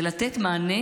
ולתת מענה